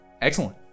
Excellent